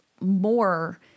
more